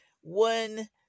one